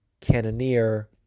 Cannoneer